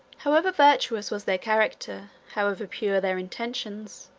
however virtuous was their character, however pure their intentions,